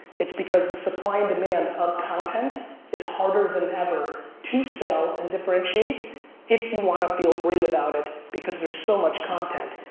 it's because the supply and demand of content is harder than ever to sell and differentiate if you want to feel great about it because there's so much content.